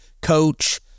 coach